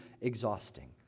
exhausting